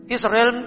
Israel